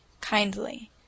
kindly